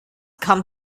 come